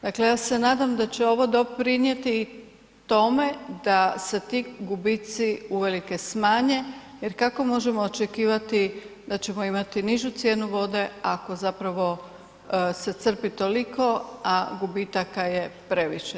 Dakle ja se nadam da će ovo doprinijeti tome da se ti gubici uvelike smanje, jer kako možemo očekivati da ćemo imati nižu cijenu vode ako zapravo se crpi toliko, a gubitaka je previše.